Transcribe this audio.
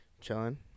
chilling